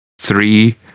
three